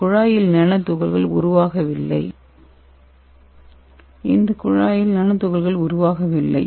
இந்த குழாயில் நானோ துகள்கள் உருவாகவில்லை